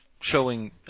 showing